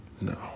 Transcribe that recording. No